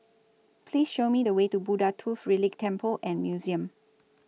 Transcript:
Please Show Me The Way to Buddha Tooth Relic Temple and Museum